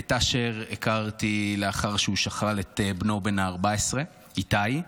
את אשר הכרתי לאחר שהוא שכל את בנו בן ה-14, איתי.